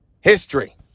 history